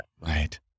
Right